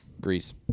Greece